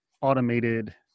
automated